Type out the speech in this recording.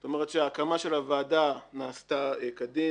זאת אומרת שההקמה של הוועדה נעשתה כדין